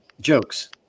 jokes